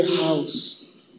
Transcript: house